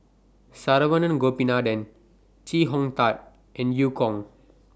Saravanan Gopinathan Chee Hong Tat and EU Kong